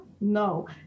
no